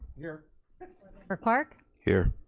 here clark. here.